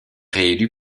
réélu